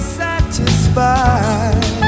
satisfied